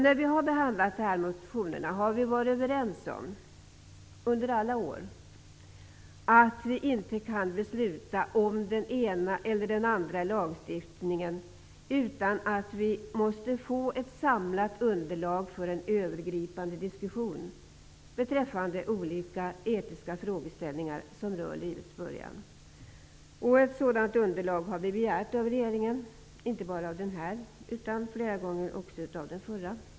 När vi behandlat dessa motioner har vi under alla år varit överens om att vi inte kan besluta om den ena eller den andra lagstiftningen utan att vi får ett samlat underlag för en övergripande diskussion beträffande olika etiska frågeställningar som rör livets början. Ett sådant underlag har vi begärt av regeringen, inte bara av den nuvarande regeringen utan också flera gånger av den förra.